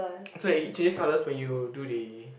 so it changes colour when you do the